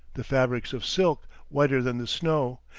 the fabrics of silk whiter than the snow,